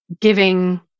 giving